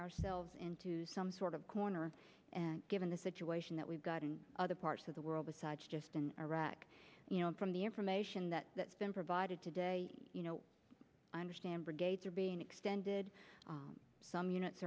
ourselves into some sort of corner given the situation that we've got in other parts of the world besides just in iraq you know from the information that that's been provided today you know i understand brigades are being extended some units